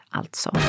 alltså